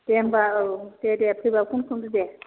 दे होमबा औ दे दे फैबा फन खालामदो दे